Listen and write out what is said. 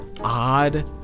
odd